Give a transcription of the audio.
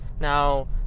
Now